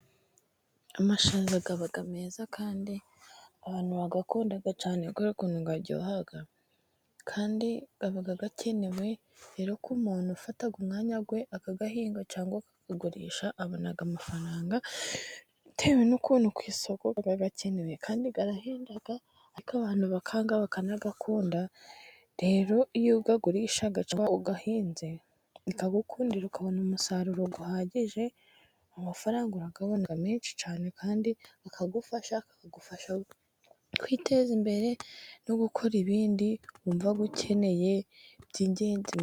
Amashaza aba meza kandi abantu barayakunda cyane, kubera ukuntu ngo yaryoha kandi abakenewe rero ko umuntu ufata umwanya akayahinga cyangwa akakagurisha, abona amafaranga atewe n'ukuntu ku isoko gakenewe. kandi arahenda kandi abantu bakanga bakayakunda, rero iyo uyagurisha uyahinze biragukundira ukabona umusaruro uhagije, amafaranga aba ari menshi cyane kandi akagufasha kagufasha kwiteza imbere no gukora ibindi wumva ko ukeneye.